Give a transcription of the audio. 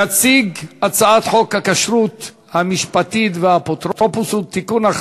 להציג את הצעת חוק הכשרות המשפטית והאפוטרופסות (תיקון,